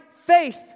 faith